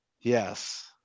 Yes